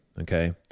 Okay